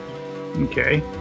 Okay